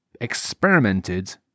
experimented